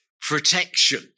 protection